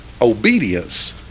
Obedience